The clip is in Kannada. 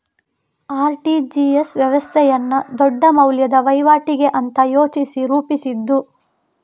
ಆರ್.ಟಿ.ಜಿ.ಎಸ್ ವ್ಯವಸ್ಥೆಯನ್ನ ದೊಡ್ಡ ಮೌಲ್ಯದ ವೈವಾಟಿಗೆ ಅಂತ ಯೋಚಿಸಿ ರೂಪಿಸಿದ್ದು